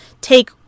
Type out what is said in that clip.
take